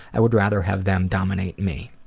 i would rather have them dominate me.